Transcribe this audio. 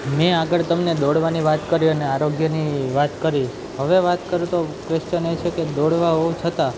મેં આગળ તમને દોડવાની વાત કરી અને આરોગ્યની વાત કરી હવે વાત કરીએ તો ક્વેસ્ચન એ છે કે દોડવા હોવા છતાં